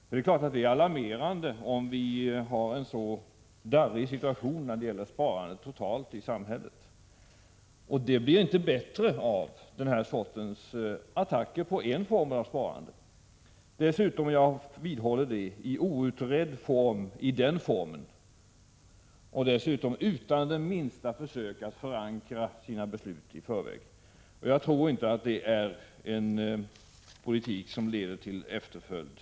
Det är klart att det är alarmerande med en så darrig situation som vi har när det gäller sparande totalt i samhället. Det blir inte bättre av den här sortens attacker på ett slag av sparande, försäkringssparande. Och jag vidhåller att det är en åtgärd som man har presenterat i outredd form — och dessutom utan minsta försök att förankra sina beslut i förväg. Jag tror inte att det är en politik som bör leda till efterföljd.